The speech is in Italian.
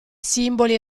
simboli